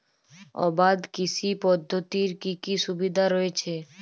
আবাদ কৃষি পদ্ধতির কি কি সুবিধা রয়েছে?